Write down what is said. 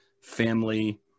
family